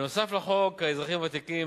נוסף על חוק האזרחים הוותיקים,